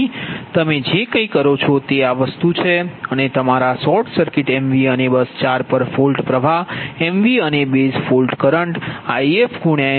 તેથી તમે જે કઇ કરો છો તે આ વસ્તુ છે અને તમારા શોર્ટ સર્કિટ એમવીએ અને બસ 4 પર ફોલ્ટ પ્ર્વાહ એમવીએ અને બેઝ ફોલ્ટ કરંટ IfMVAbase8